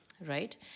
right